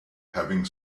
having